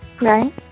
Right